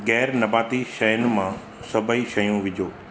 ग़ैरनबाती शयूं मां सभई शयूं विझो